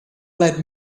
let